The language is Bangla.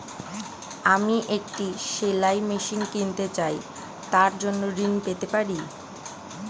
আমি একটি সেলাই মেশিন কিনতে চাই তার জন্য ঋণ পেতে পারি?